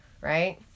Right